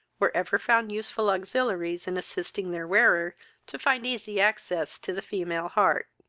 were ever found useful auxiliaries in assisting their wearer to find easy access to the female heart.